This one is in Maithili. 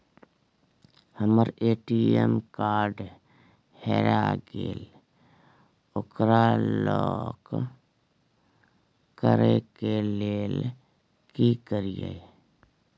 हमर ए.टी.एम कार्ड हेरा गेल ओकरा लॉक करै के लेल की करियै?